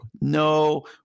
No